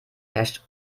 herrscht